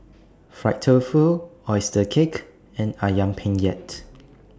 Fried Tofu Oyster Cake and Ayam Penyet